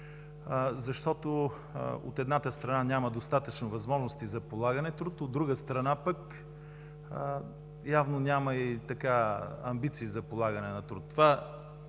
защото от едната страна няма достатъчно възможности за полагане на труд, от друга страна, явно няма амбиции за полагане на труд.